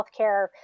healthcare